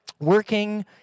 working